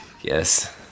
Yes